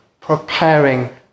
preparing